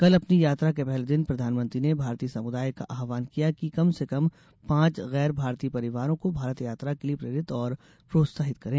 कल अपनी यात्रा के पहले दिन प्रधानमंत्री ने भारतीय समुदाय का आह्वान किया कि कम से कम पांच गैर भारतीय परिवारों को भारत यात्रा के लिए प्रेरित और प्रोत्साहित करें